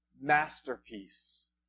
masterpiece